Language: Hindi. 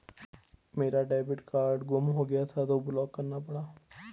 मेरा डेबिट कार्ड गुम हो गया था तो ब्लॉक करना पड़ा